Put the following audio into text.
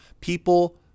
people